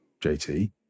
JT